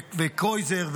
וקרויזר,